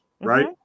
Right